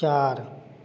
चार